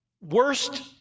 worst